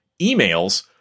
emails